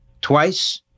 twice